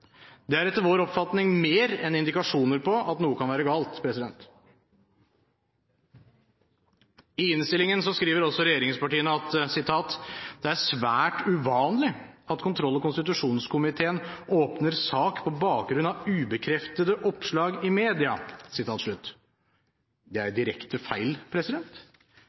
Det er etter vår oppfatning mer enn indikasjoner på at noe kan være galt. I innstillingen skriver også regjeringspartiene: «Det er svært uvanlig at kontroll- og konstitusjonskomiteen åpner sak på bakgrunn av ubekreftede oppslag i mediene.» Det er direkte feil.